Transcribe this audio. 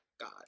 God